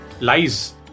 lies